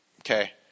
okay